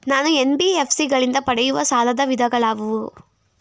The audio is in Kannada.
ನಾನು ಎನ್.ಬಿ.ಎಫ್.ಸಿ ಗಳಿಂದ ಪಡೆಯುವ ಸಾಲದ ವಿಧಗಳಾವುವು?